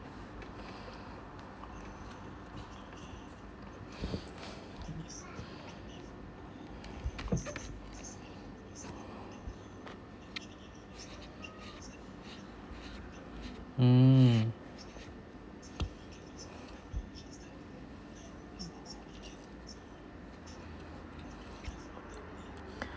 mm